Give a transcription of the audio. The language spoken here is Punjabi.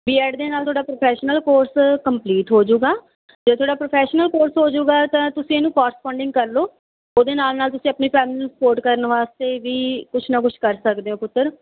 ਬੀਐਡ ਦੇ ਨਾਲ ਤੁਹਾਡਾ ਪ੍ਰੋਫੈਸ਼ਨਲ ਕੋਰਸ ਕੰਪਲੀਟ ਹੋ ਜਾਊਗਾ ਜੇ ਤੁਹਾਡਾ ਪ੍ਰੋਫੈਸ਼ਨਲ ਕੋਰਸ ਹੋ ਜਾਊਗਾ ਤਾਂ ਤੁਸੀਂ ਇਹਨੂੰ ਕੋਰਸਪੋਡਿੰਗ ਕਰ ਲਓ ਉਹਦੇ ਨਾਲ ਨਾਲ ਤੁਸੀਂ ਆਪਣੀ ਫੈਮਲੀ ਨੂੰ ਸਪੋਰਟ ਕਰਨ ਵਾਸਤੇ ਵੀ ਕੁਛ ਨਾ ਕੁਛ ਕਰ ਸਕਦੇ ਹੋ ਪੁੱਤਰ